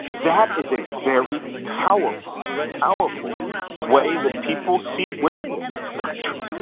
that is a very powerful, powerful way that people see women in this country.